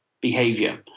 behavior